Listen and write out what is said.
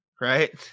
right